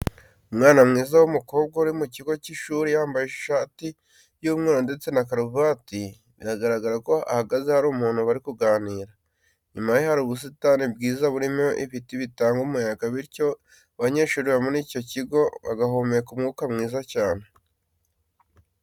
Umwana mwiza w'umukobwa uri mu kigo cy'ishuri yambaye ishati y'umweru ndetse na karuvati, biragaragara ko ahagaze hari umuntu bari kuganira. Inyuma ye hari ubusitani bwiza burimo ibiti bitanga umuyaga bityo abanyeshuri bari muri icyo kigo bagahumeka umwuka mwiza cyane.